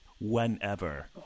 whenever